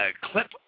clip